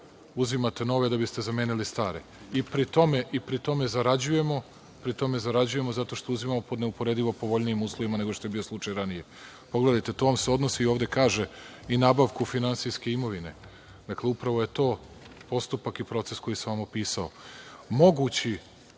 Uzimate nove, da biste zamenili stare i pri tome zarađujemo zato što uzimamo pod neuporedivo povoljnijim uslovima nego što je bio slučaj ranije. Pogledajte, to vam se odnosi i ovde kaže - i nabavku finansijske imovine. Dakle, upravo je to postupak i proces koji sam vam opisao. Moguće